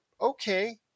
okay